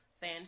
fan